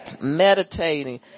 Meditating